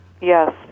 Yes